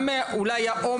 אולי העומס.